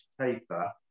paper